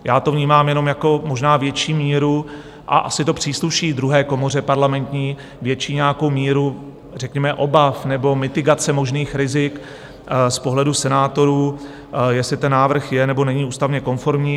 Já to vnímám jenom jako možná větší míru, a asi to přísluší druhé komoře parlamentní, větší nějakou míru řekněme obav nebo mitigace možných rizik z pohledu senátorů, jestli ten návrh je, nebo není ústavně konformní.